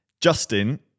Justin